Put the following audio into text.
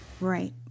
right